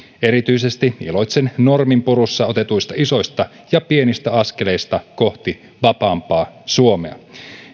erityisesti iloitsen norminpurussa otetuista isoista ja pienistä askeleista kohti vapaampaa suomea